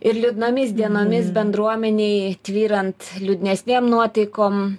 ir liūdnomis dienomis bendruomenėj tvyrant liūdnesnėm nuotaikom